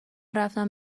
رفتم